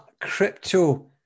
crypto